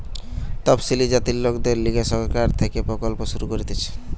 তপসিলি জাতির লোকদের লিগে সরকার থেকে প্রকল্প শুরু করতিছে